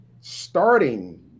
starting